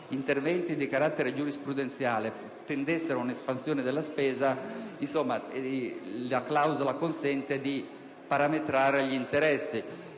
interventi di carattere giurisprudenziale tendessero ad una espansione della spesa, la suddetta clausola consente di parametrare gli interessi.